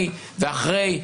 ואחרי.